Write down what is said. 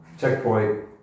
checkpoint